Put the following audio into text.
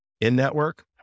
in-network